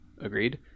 agreed